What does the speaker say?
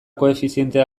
koefizientea